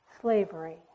slavery